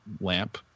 lamp